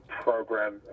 program